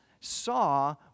saw